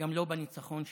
גם לא בניצחון שלה.